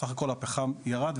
בסך הכל הפחם ירד,